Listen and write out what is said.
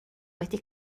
wedi